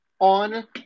on